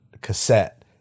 cassette